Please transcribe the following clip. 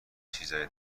چیزای